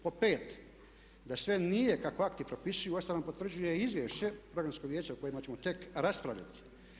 Po pet, da sve nije kako akti propisuju uostalom potvrđuje i Izvješće Programskog vijeća o kojima ćemo tek raspravljati.